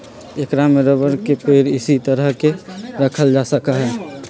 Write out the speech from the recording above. ऐकरा में रबर के पेड़ इसी तरह के रखल जा सका हई